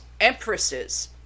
empresses